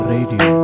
Radio